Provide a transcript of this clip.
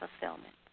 fulfillment